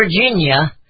Virginia